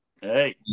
hey